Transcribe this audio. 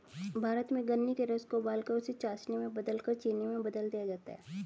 भारत में गन्ने के रस को उबालकर उसे चासनी में बदलकर चीनी में बदल दिया जाता है